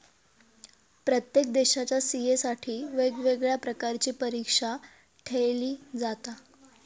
प्रत्येक देशाच्या सी.ए साठी वेगवेगळ्या प्रकारची परीक्षा ठेयली जाता